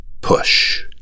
Push